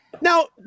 Now